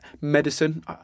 medicine